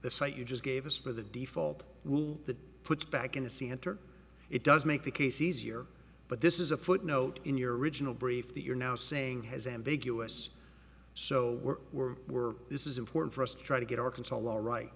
the cite you just gave us for the default rule that puts back in a c enter it does make the case easier but this is a footnote in your original brief that you're now saying has ambiguous so we're we're we're this is important for us to try to get arkansas law right